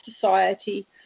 society